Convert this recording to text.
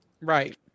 Right